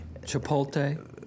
Chipotle